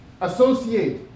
associate